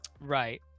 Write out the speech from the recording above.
Right